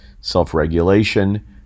self-regulation